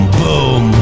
boom